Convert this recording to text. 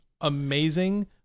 amazing